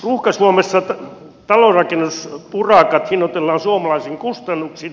ruuhka suomessa talonrakennusurakat hinnoitellaan suomalaisin kustannuksin